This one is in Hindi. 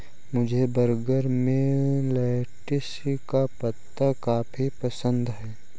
मुझे बर्गर में लेटिस का पत्ता काफी पसंद है